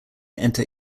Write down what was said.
enter